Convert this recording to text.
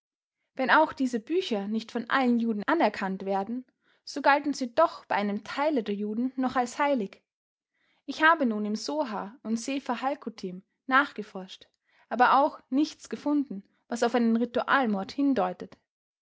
wenn auch diese bücher nicht von allen juden anerkannt werden so gelten sie doch bei einem teile der juden noch als heilig ich habe nun im sohar und sefer halkutim nachgeforscht aber auch nichts gefunden was auf einen ritualmord hindeutet